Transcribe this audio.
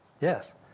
Yes